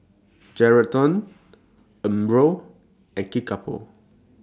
Geraldton Umbro and Kickapoo